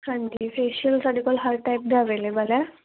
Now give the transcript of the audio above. ਹਾਂਜੀ ਫੇਸ਼ੀਅਲ ਸਾਡੇ ਕੋਲ ਹਰ ਟਾਈਪ ਦਾ ਅਵੇਲੇਬਲ ਹੈ